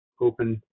open